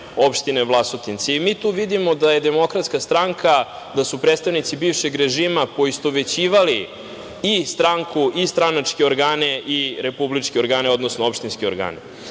Opštine Vlasotince. Mi tu vidimo da je DS, da su predstavnici bivšeg režima poistovećivali i stranku i stranačke organe i republičke organe, odnosno opštinske organe.